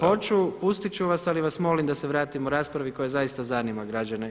Hoću, pustit ću vas ali vas molim da se vratimo raspravi koja zaista zanima građane.